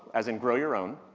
as in grow your own,